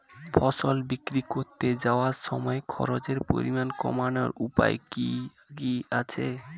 ফসল বিক্রি করতে যাওয়ার সময় খরচের পরিমাণ কমানোর উপায় কি কি আছে?